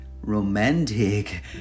romantic